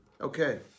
Okay